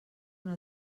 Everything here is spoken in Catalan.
una